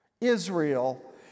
Israel